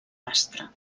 rastre